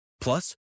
Plus